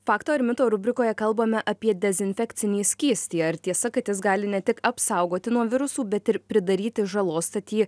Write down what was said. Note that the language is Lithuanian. fakto ir mito rubrikoje kalbame apie dezinfekcinį skystį ar tiesa kad jis gali ne tik apsaugoti nuo virusų bet ir pridaryti žalos tad jį